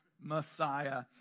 Messiah